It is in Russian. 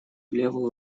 левую